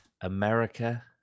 america